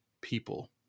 people